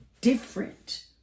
different